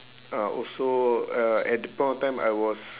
ah also uh at that point of time I was